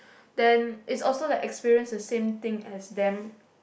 then is also the experience the same thing as them